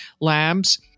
Labs